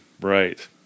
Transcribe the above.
right